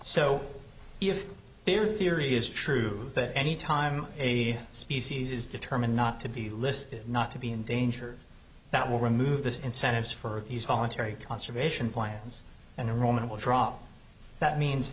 so if their theory is true that any time a species is determined not to be listed not to be in danger that will remove the incentives for these voluntary conservation plans and the roman will drop that means